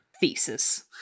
thesis